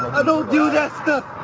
i don't do that stuff.